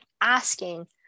asking